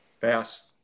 fast